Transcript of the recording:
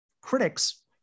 critics